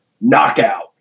knockout